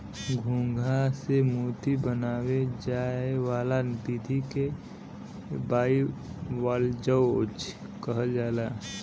घोंघा से मोती बनाये जाए वाला विधि के बाइवाल्वज कहल जाला